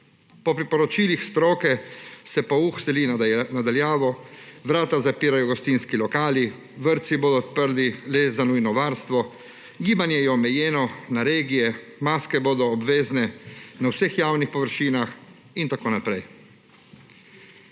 Po priporočilih stroke se pouk seli na daljavo, vrata zapirajo gostinski lokali, vrtci bodo odprti le za nujno varstvo, gibanje je omejeno na regije, maske bodo obvezne na vseh javnih površinah in tako naprej.